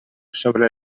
sobre